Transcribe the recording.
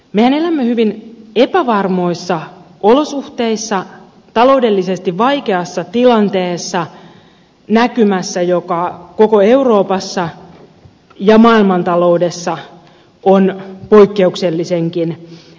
mehän elämme hyvin epävarmoissa olosuhteissa taloudellisesti vaikeassa tilanteessa näkymässä joka koko euroopassa ja maailmantaloudessa on poikkeuksellisenkin epävarma